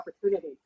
opportunity